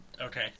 Okay